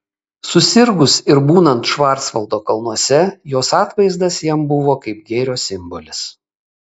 susirgus ir būnant švarcvaldo kalnuose jos atvaizdas jam buvo kaip gėrio simbolis